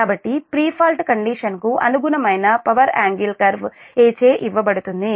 కాబట్టి pre fault కండిషన్కు అనుగుణమైన పవర్ యాంగిల్ కర్వ్ A చే ఇవ్వబడుతుంది